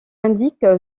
indique